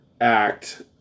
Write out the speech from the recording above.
act